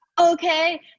okay